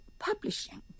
publishing